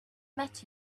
met